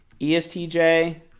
ESTJ